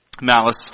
Malice